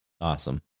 Awesome